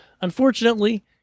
unfortunately